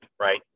right